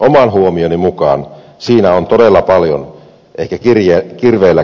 oman huomioni mukaan siinä on todella paljon ehkä kirveelläkin työtä